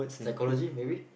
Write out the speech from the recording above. psychology maybe